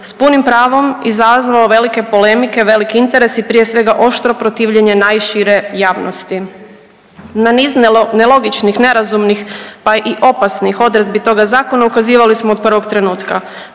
s punim pravom izazvao velike polemike, veliki interes i prije svega, oštro protivljenje najšire javnosti. Na niz nelogičnih, nerazumnih, pa i opasnih odredbi toga Zakona ukazivali smo od prvog trenutka.